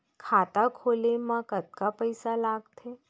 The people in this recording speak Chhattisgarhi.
खाता खोले मा कतका पइसा लागथे?